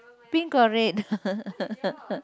pink or red